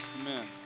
Amen